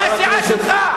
מהסיעה שלך.